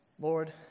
Lord